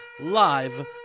live